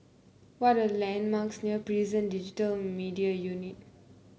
what are the landmarks near Prison Digital Media Unit